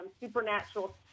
supernatural